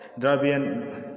Dravidian